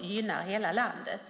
gynnar hela landet.